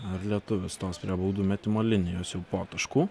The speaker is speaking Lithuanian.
ar lietuvis stos prie baudų metimo linijos jau po taškų